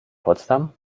potsdam